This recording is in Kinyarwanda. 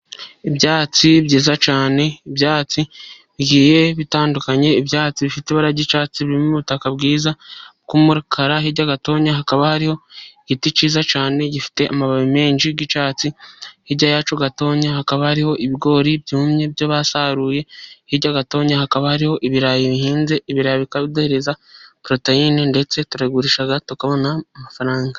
Ibyatsi byiza cyane, ibyatsi bigiye bitandukanye, ibyatsi bifite ibara ry'icyatsi biri mu ubutaka bwiza bw'umukara hirya gato hakaba hari igiti cyiza cyane gifite amababi menshi y'icyatsi hirya yacyo gatotonya hakaba ari ibigori byumye by'abasaruye hirya gato hakaba hari ibirayi bihinze, ibirayi bikaduhereza porotoyine ndetse tukabigurisha tukabona amafaranga.